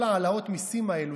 כל העלאות המיסים האלה,